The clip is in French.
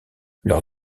leur